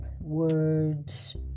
words